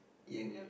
yank~ uh